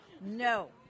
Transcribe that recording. No